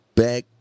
back